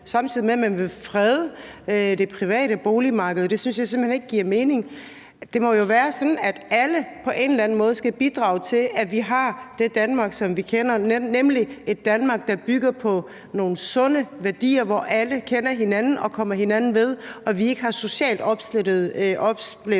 samtidig med at man vil frede det private boligmarked. Det synes jeg simpelt hen ikke giver mening. Det må jo være sådan, at alle på en eller anden måde skal bidrage til, at vi har det Danmark, som vi kender, nemlig et Danmark, der bygger på nogle sunde værdier, hvor alle kender hinanden og kommer hinanden ved og vi ikke har socialt opsplittede